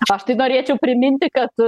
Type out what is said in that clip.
aš tai norėčiau priminti kad